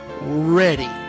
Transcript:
ready